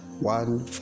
one